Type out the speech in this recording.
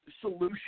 solution